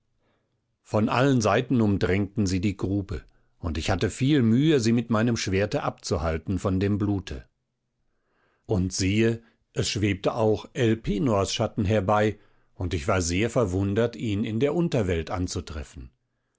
von allen seiten umdrängten sie die grube und ich hatte viel mühe sie mit meinem schwerte abzuhalten von dem blute und siehe es schwebte auch elpenors schatten herbei und ich war sehr verwundert ihn in der unterwelt anzutreffen